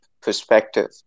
perspective